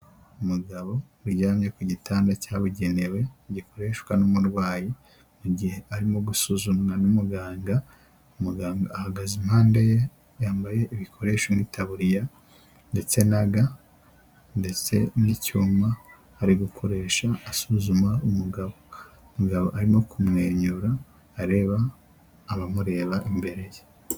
Umugabo uryamye ku gitanda cyabugenewe, gikoreshwa n'umurwayi mu gihe arimo gusuzumwa n'umuganga, umuganga ahagaze impande ye, yambaye ibikoresho nk'itaburiya ndetse na ga ndetse n'icyuma ari gukoresha asuzuma umugabo. Umugabo arimo kumwenyura areba abamureba imbere ye.